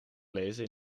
lezen